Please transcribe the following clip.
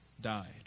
died